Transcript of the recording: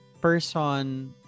person